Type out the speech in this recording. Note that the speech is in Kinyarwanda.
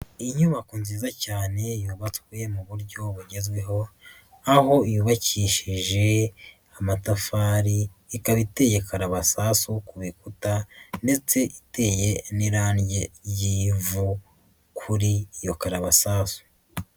Inyubako nziza cyane yubatswe mu buryo bugezweho, aho yubakishije amatafari ikaba iteye karabasasu ku rukuta ndetse iteye n'irangi ry'ivu kuri iyo karabasasu.